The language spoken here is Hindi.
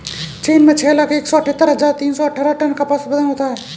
चीन में छह लाख एक सौ अठत्तर हजार तीन सौ अट्ठारह टन कपास उत्पादन होता है